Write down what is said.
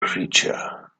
creature